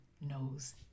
knows